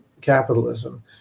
capitalism